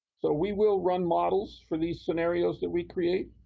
so we will run models for the scenarios that we create,